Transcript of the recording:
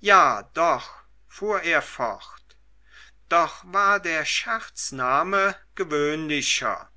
ja doch fuhr er fort doch war der scherzname gewöhnlicher